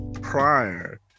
prior